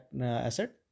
asset